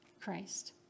Christ